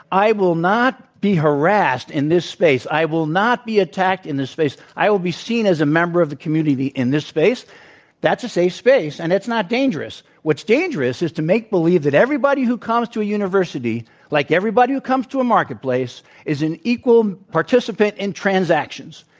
i will not be harassed in this space, i will not be attacked in this space. i will be seen as a member of the community in this space that's a safe space, and it's not dangerous. what's dangerous is to make believe that everybody who comes to a university like everybody who comes to a marketplace is an equal participant in transactions.